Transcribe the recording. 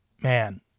man